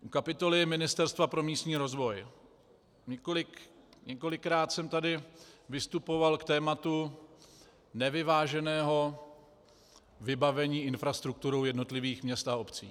U kapitoly Ministerstva pro místní rozvoj několikrát jsem tady vystupoval k tématu nevyváženého vybavení infrastrukturou jednotlivých měst a obcí.